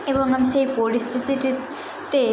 এবং আমি সেই পরিস্থিতিটিতে